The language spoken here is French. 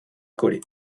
accolés